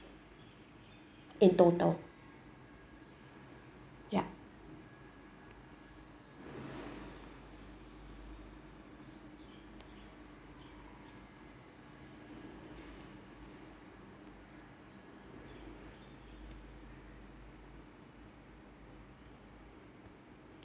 in total ya